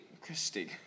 Christie